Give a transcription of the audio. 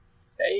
say